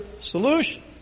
solution